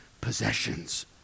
possessions